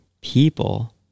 people